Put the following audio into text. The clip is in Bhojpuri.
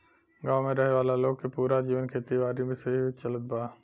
गांव में रहे वाला लोग के पूरा जीवन खेती बारी से ही चलत बा